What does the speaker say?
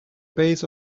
base